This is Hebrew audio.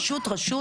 פשוט רשות,